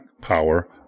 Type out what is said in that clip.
power